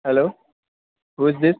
hello who is this